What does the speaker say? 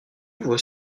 voit